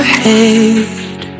head